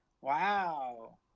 Wow